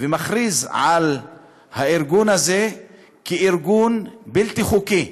ומכריז על הארגון הזה כארגון בלתי חוקי.